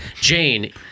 Jane